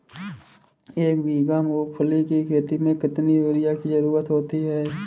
एक बीघा मूंगफली की खेती में कितनी यूरिया की ज़रुरत होती है?